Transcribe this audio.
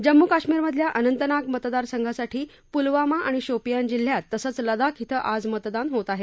जम्मू काश्मीरमधल्या अनंतनाग मतदारसंघासाठी पुलवामा आणि शोपियान जिल्ह्यात तसंच लदाख धिं आज मतदान होत आहे